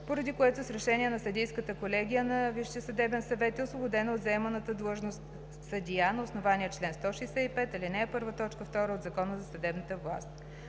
поради което с решение на Съдийската колегия на Висшия съдебен съвет е освободено от заеманата длъжност съдия на основание чл. 165, ал. 1, т. 2 от Закона за съдебната власт.